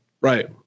right